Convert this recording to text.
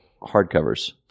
hardcovers